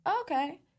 okay